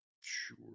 Sure